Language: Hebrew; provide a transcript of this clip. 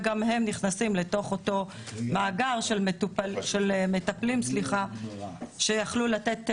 וגם הם נכנסים לתוך אותו מאגר של מטפלים שיכלו לתת מענה.